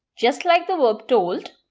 just like the verb told,